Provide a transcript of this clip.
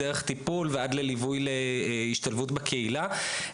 דרך טיפול ועד ללווי להשתלבות בקהילה,